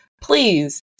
Please